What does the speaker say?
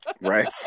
right